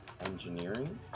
Engineering